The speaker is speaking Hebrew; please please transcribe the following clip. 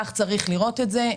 כך צריך לראות את זה.